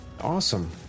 Awesome